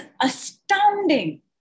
astounding